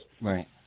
Right